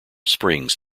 springs